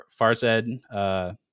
Farzad